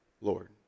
Lord